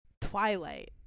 Twilight